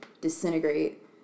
disintegrate